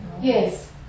Yes